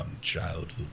childhood